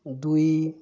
ଦୁଇ